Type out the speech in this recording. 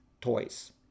toys